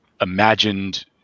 imagined